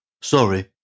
Sorry